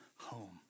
home